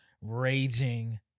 raging